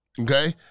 okay